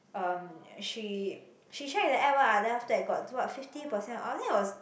um she she checked the app lah then after that got what fifty percent oh I think it was